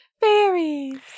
fairies